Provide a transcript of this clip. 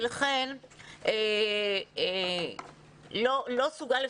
לכן לא סוג א',